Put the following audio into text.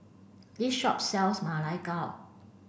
this shop sells Ma Lai Gao